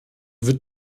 wird